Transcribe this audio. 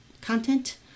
content